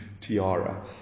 tiara